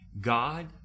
God